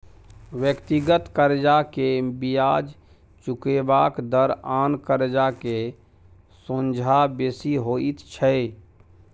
व्यक्तिगत कर्जा के बियाज चुकेबाक दर आन कर्जा के सोंझा बेसी होइत छै